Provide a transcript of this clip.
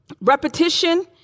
repetition